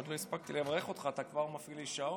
עוד לא הספקתי לברך אותך ואתה כבר מפעיל לי שעון?